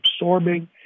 absorbing